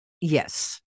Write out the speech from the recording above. Yes